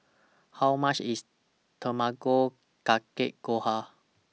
How much IS Tamago Kake Gohan